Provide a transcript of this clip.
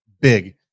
big